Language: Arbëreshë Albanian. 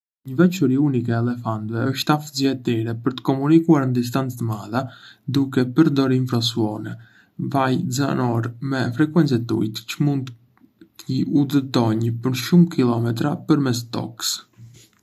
Një veçori unike e elefantëve është aftësia e tyre për të komunikuar në distanca të mëdha duke përdorur infrasone, valë zanore me frekuencë të ulët që mund të udhëtojnë për shumë kilometra përmes tokës.